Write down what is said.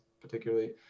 particularly